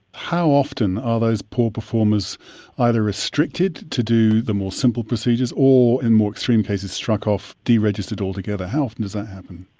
how often are those poor performers either restricted to do the more simple procedures or, in more extreme cases, struck off, deregistered altogether? how often does that happen?